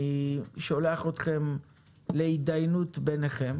אני שולח אתכם להתדיינות ביניכם